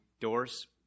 doors